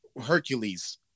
Hercules